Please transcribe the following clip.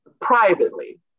privately